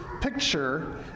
picture